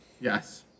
Yes